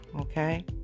Okay